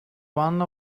one